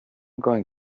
going